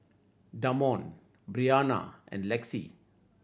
Damond Bryana and Lexi